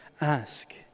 ask